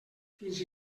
fins